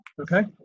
Okay